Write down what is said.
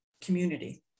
community